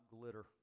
glitter